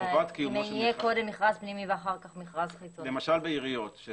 חובת קיומו של מכרז --- אם יהיה קודם מכרז פנימי ואחר כך מכרז חיצוני.